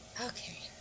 Okay